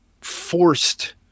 forced